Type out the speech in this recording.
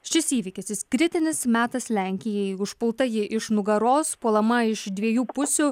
šis įvykis jis kritinis metas lenkijai užpulta ji iš nugaros puolama iš dviejų pusių